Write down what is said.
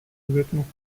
vêtements